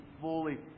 fully